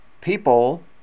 people